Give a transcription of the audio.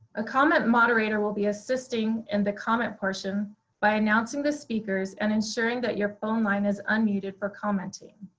a comment moderator will be assisting in the comment portion by announcing the speakers and ensuring that your phone line is unmuted for commenting.